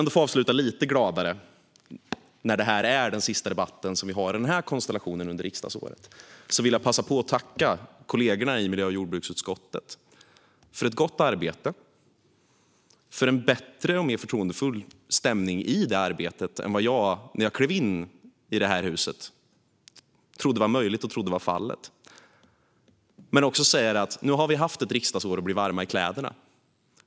Detta är den sista debatt vi har i den här konstellationen under riksdagsåret. För att avsluta lite gladare vill jag passa på att tacka kollegorna i miljö och jordbruksutskottet för ett gott arbete och för en bättre och mer förtroendefull stämning i det arbetet än jag när jag klev in i det här huset trodde var möjligt och trodde var fallet. Men jag vill också säga att nu har vi haft ett riksdagsår på oss att bli varma i kläderna.